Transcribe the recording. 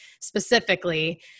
specifically